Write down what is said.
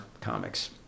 comics